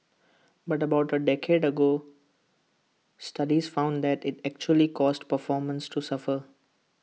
but about A decade ago studies found that IT actually caused performances to suffer